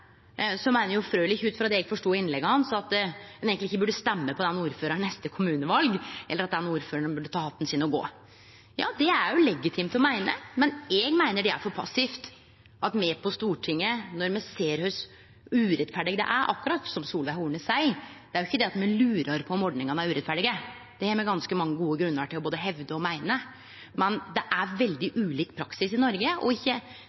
ut frå det eg forstod av innlegget hans, burde ein eigentleg ikkje stemme på den ordføraren ved kommuneval, eller den ordføraren burde ta hatten sin og gå. Ja, det er legitimt å meine, men eg meiner det er for passivt, når me her på Stortinget ser kor urettferdig det er, akkurat som Solveig Horne seier. Det er ikkje det at me lurar på om ordningane er urettferdige. Det har me ganske mange gode grunnar til både å hevde og meine, men det er veldig ulik praksis i Noreg, og det var ikkje